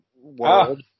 world